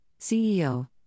CEO